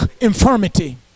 infirmity